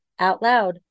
OUTLOUD